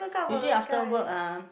usually after work um